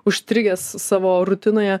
užstrigęs savo rutinoje